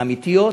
אמיתיות,